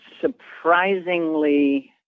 surprisingly